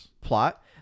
plot